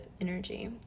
energy